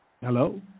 Hello